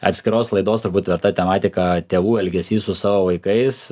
atskiros laidos turbūt verta tematika tėvų elgesys su savo vaikais